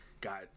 got